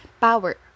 power